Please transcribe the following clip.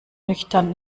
nüchtern